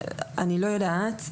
אני לא יודעת.